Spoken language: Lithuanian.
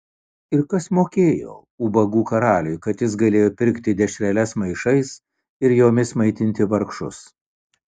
ir kas mokėjo ubagų karaliui kad jis galėjo pirkti dešreles maišais ir jomis maitinti vargšus